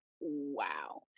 wow